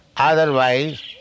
Otherwise